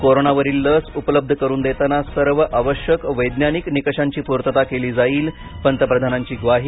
कोरोनावरील लस उपलब्ध करून देताना सर्व आवश्यक वैज्ञानिक निकषांची पूर्तता केली जाईल पंतप्रधानांची ग्वाही